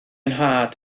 nhad